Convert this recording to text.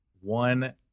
one